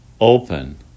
Open